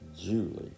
Julie